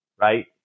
right